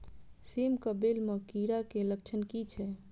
सेम कऽ बेल म कीड़ा केँ लक्षण की छै?